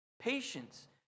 Patience